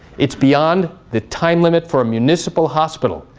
it's beyond the time limit for a municipal hospital.